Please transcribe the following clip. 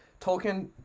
Tolkien